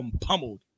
pummeled